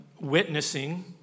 witnessing